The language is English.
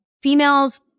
females